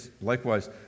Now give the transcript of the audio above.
likewise